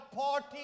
party